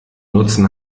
nutzen